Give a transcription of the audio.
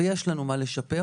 ויש לנו מה לשפר,